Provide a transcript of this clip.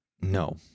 No